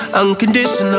unconditional